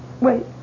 Wait